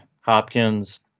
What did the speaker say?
Hopkins